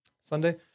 Sunday